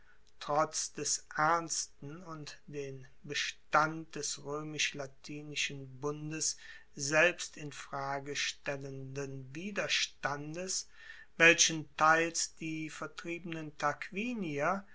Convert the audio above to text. trotz des ernsten und den bestand des roemisch latinischen bundes selbst in frage stellenden widerstandes welchen teils die vertriebenen tarquinier